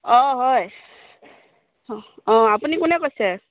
অঁ হয় অঁ আপুনি কোনে কৈছে